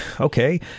okay